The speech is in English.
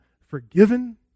forgiven